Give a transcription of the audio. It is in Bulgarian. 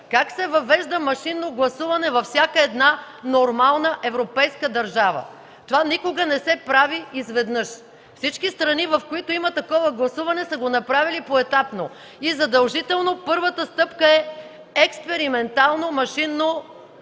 как се въвежда машинно гласуване във всяка нормална европейска държава. Това никога не се прави изведнъж. Всички страни, в които има такова гласуване, са го направили поетапно и задължително първата стъпка е експериментално машинно упражняване